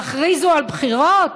יכריזו על בחירות?